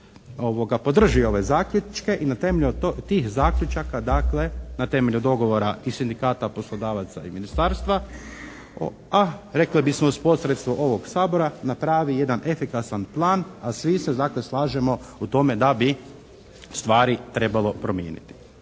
podrži ove zaključke i na temelju tih zaključaka, dakle, na temelju dogovora i sindikata poslodavaca i ministarstva, a rekli bismo uz posredstvo ovog Sabora napravi jedan efikasan plan. A svi se, dakle, slažemo u tome da bi stvari trebalo promijeniti.